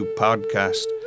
podcast